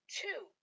two